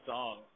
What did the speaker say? Song